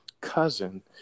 cousin